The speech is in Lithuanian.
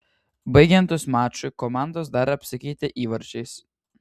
baigiantis mačui komandos dar apsikeitė įvarčiais